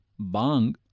Bang